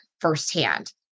firsthand